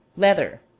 leather,